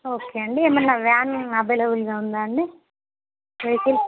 okay అండి ఏమైనా van అవైలబుల్గా ఉందా అండి వెహికల్స్